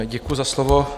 Děkuji za slovo.